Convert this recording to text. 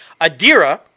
Adira